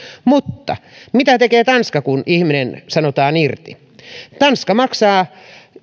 mutta mitä tekee tanska kun ihminen sanotaan irti tanska maksaa